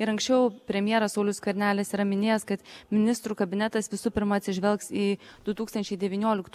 ir anksčiau premjeras saulius skvernelis yra minėjęs kad ministrų kabinetas visų pirma atsižvelgs į du tūkstančiai devynioliktų